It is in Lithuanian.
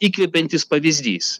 įkvepiantis pavyzdys